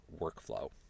workflow